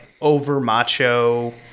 over-macho